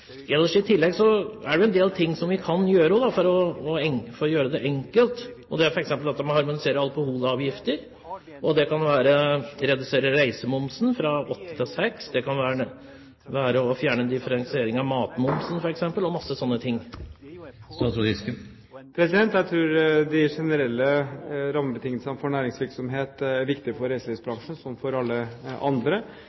I tillegg: Det er jo en del ting vi kan gjøre for å gjøre det enkelt, f.eks. harmonisere alkoholavgiftene, redusere reisemomsen fra 8 prosentpoeng til 6, fjerne differensiering av momssatsen på mat – mange slike ting. Jeg tror de generelle rammebetingelsene for næringsvirksomhet er viktige for